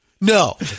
No